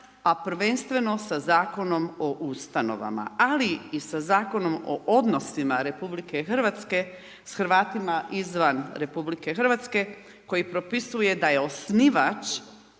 a prvenstveno sa Zakonom o ustanovama, ali i sa zakonima o odnosima RH s Hrvatima izvan RH, koji propisuje da je osnivač